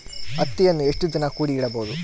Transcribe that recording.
ಹತ್ತಿಯನ್ನು ಎಷ್ಟು ದಿನ ಕೂಡಿ ಇಡಬಹುದು?